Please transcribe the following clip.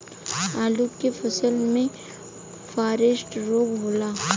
आलू के फसल मे फारेस्ट रोग होला?